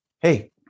hey